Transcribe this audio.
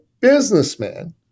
businessman